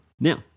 Now